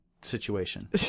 situation